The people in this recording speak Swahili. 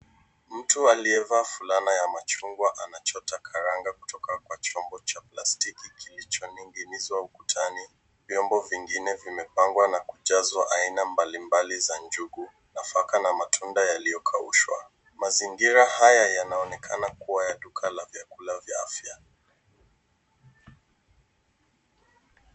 Mtu aliyevaa fulana ya machungwa anachota karanga kutoka kwa chombo cha plastiki kilichoning'inizwa ukutani. Vyombo vingine vimepangwa na kujazwa aina mbalimbali za njugu, nafaka na matunda yaliyokaushwa. Mazingira haya yanaonekana kuwa ya duka la vyakula vya afya.